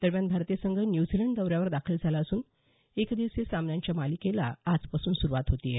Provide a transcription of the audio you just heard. दरम्यान भारतीय संघ न्यूझीलंड दौऱ्यावर दाखल झाला असून एकदिवसीय सामन्यांच्या मालिकेला आजपासून सुरुवात होत आहे